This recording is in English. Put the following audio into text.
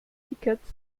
tickets